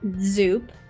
Zoop